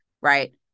right